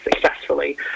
successfully